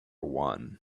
one